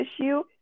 issue